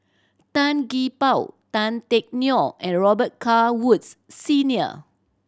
Tan Gee Paw Tan Teck Neo and Robet Carr Woods Senior